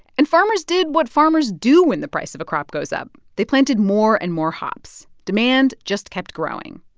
and farmers did what farmers do when the price of a crop goes up, they planted more and more hops. demand just kept growing.